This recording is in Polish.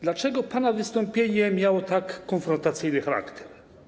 Dlaczego pana wystąpienie miało tak konfrontacyjny charakter?